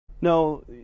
No